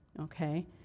okay